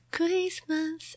Christmas